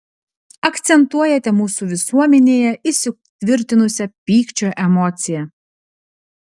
akcentuojate mūsų visuomenėje įsitvirtinusią pykčio emociją